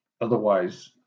otherwise